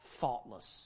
faultless